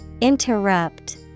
Interrupt